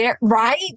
right